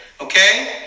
okay